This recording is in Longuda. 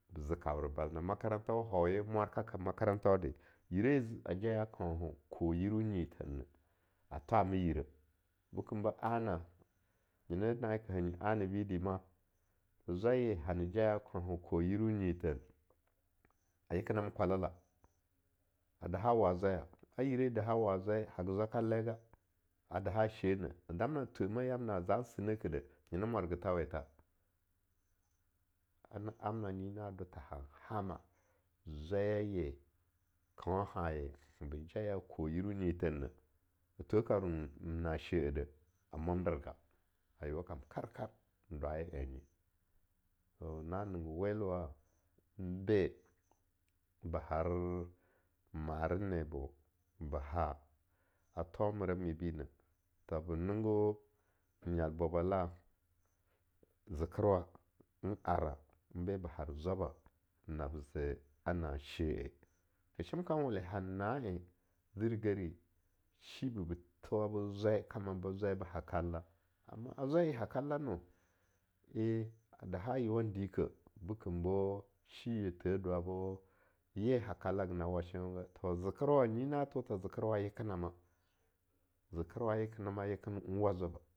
Be ze kabra bala mwarka makaran wa hoye mwarkaka makarantawa yire ye ze a jaya kauna kwou yiru nyithir neh a thwami yire, bekem ba ana nyena na en ka hanyi anabidima zwaiye hana jaya kaunna kwou yira nyithen a yekena ma kwalala, a daha wa zwaya, a yireye daha wa zwai haga zwa kallaiga, a daha she na'a, a damna thwe ma yamna na zan sinekeh de, nyena mwargatha wetha, ana amna nyina do tha hanhama zwaya ye kaunhaya be jaya kwou yiru nyithin neh, a thweh kabien na she eh deh a mwanderga, a yeowa kam karkar n dwaye an nye, to na ningge weluwa nbe ba har morenebo, ba ha a thomera mibi neh tha be ninggo nyal bwabala zekerwa n ara, be ba har zwaba nab ze a na'a she-eh, na shem kam wolen han na en zirigeri shibi be thowabe zwai kama ba zwai ba ha kalla, amma a zwaiye ha kalla no, eh a daha yeowan dikeh bekembo shiye the dwabo ye ha kalla haga na wa shenwogo, tho zekerwa, nyi na tho tha zekerwa yekenama, zekerwa yekenama, yekenwa zwaba.